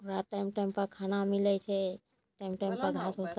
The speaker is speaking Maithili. ओकरा टाइम टाइमपर खाना मिलै छै टाइम टाइम पर घास